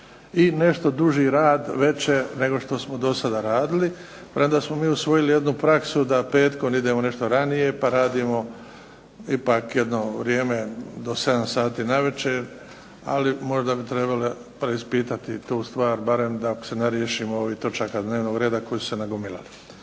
i nešto duži rad večer nego što smo dosada radili. Premda smo mi usvojili jednu praksu da petkom idemo nešto ranije pa radimo ipak jedno vrijeme do 7 sati navečer, ali možda bi trebalo preispitati tu stvar barem dok se ne riješimo ovih točaka dnevnog reda koje su se nagomilale.